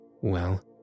Well